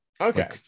okay